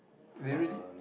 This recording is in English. they really